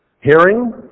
hearing